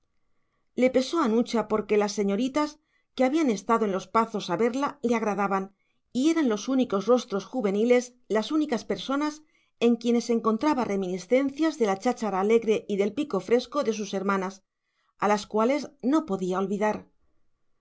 le pesó a nucha porque las señoritas que habían estado en los pazos a verla le agradaban y eran los únicos rostros juveniles las únicas personas en quienes encontraba reminiscencias de la cháchara alegre y del fresco pico de sus hermanas a las cuales no podía olvidar